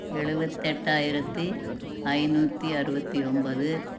எழுபத்தெட்டாயிரத்தி ஐநூற்றி அறுபத்தி ஒன்பது